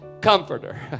comforter